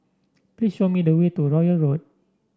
please show me the way to Royal Road